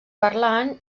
parlant